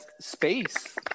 space